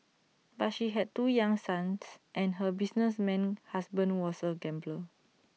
but she had two young sons and her businessman husband was A gambler